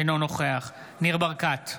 אינו נוכח ניר ברקת,